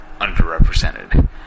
underrepresented